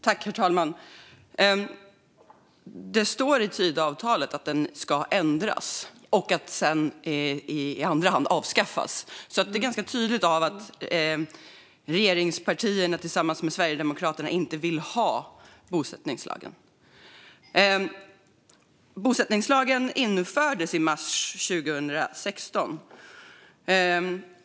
Herr talman! Det står i Tidöavtalet att lagen ska ändras, i andra hand avskaffas. Det är tydligt att regeringspartierna tillsammans med Sverigedemokraterna inte vill ha bosättningslagen. Bosättningslagen infördes i mars 2016.